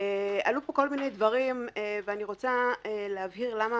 עלו פה כל מיני דברים ואני רוצה להבהיר למה